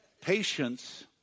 Patience